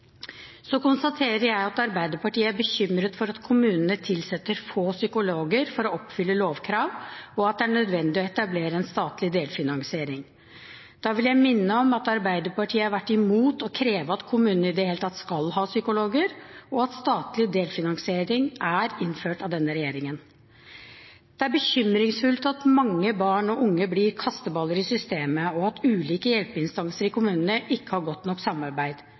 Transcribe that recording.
Så konstaterer jeg at Arbeiderpartiet er bekymret for at kommunene tilsetter få psykologer for å oppfylle lovkrav, og at det er nødvendig å etablere en statlig delfinansiering. Da vil jeg minne om at Arbeiderpartiet har vært imot å kreve at kommunene i det hele tatt skal ha psykologer, og at statlig delfinansiering er innført av denne regjeringen. Det er bekymringsfullt at mange barn og unge blir kasteballer i systemet, og at ulike hjelpeinstanser i kommunene ikke har godt nok samarbeid.